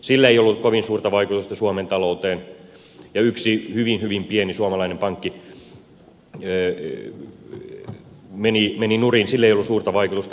sillä ei ollut kovin suurta vaikutusta suomen talouteen ja yksi hyvin hyvin pieni suomalainen pankki meni nurin sillä ei ollut suurta vaikutusta